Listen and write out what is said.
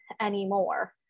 anymore